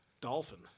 dolphin